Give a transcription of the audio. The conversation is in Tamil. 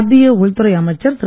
மத்திய உள்துறை அமைச்சர் திரு